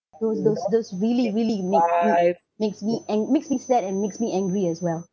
those those those really really make make makes me ang~ makes me sad and makes me angry as well